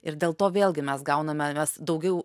ir dėl to vėlgi mes gauname mes daugiau